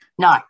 No